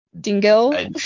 Dingle